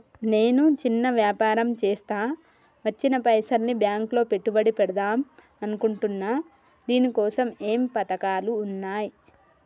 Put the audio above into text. నేను చిన్న వ్యాపారం చేస్తా వచ్చిన పైసల్ని బ్యాంకులో పెట్టుబడి పెడదాం అనుకుంటున్నా దీనికోసం ఏమేం పథకాలు ఉన్నాయ్?